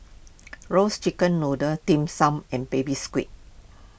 Roasted Chicken Noodle Dim Sum and Baby Squid